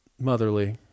motherly